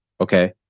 Okay